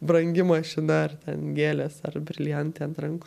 brangi mašina ar ten gėlės ar briliantai ant rankų